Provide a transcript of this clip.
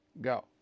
Go